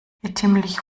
irrtümlich